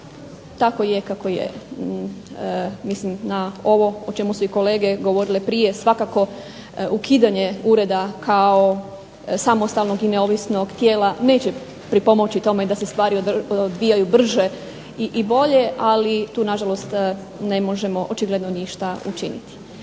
tako je kako je. Mislim na ovo o čemu su i kolege govorile prije svakako ukidanje ureda kao samostalnog i neovisnog tijela neće pripomoći tome da se stvari odvijaju brže i bolje. Ali tu na žalost ne možemo očigledno ništa učiniti.